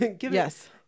Yes